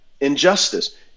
injustice